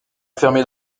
enfermé